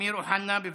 אמיר אוחנה, בבקשה.